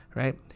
right